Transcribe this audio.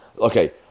Okay